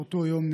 ב-27 במאי,